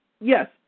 Yes